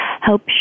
help